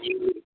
جی